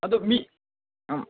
ꯑꯗꯣ ꯃꯤ ꯎꯝ